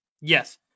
yes